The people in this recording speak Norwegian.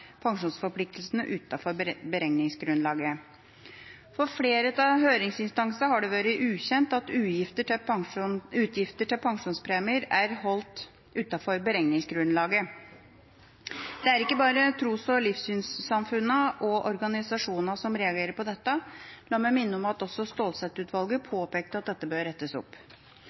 pensjonsforpliktelsene utenfor beregningsgrunnlaget. For flere av høringsinstansene har det vært ukjent at utgifter til pensjonspremier er holdt utenfor beregningsgrunnlaget. Det er ikke bare tros- og livssynssamfunnene og -organisasjonene som reagerer på dette; la meg minne om at også Stålsett-utvalget påpekte at dette bør rettes opp.